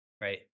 right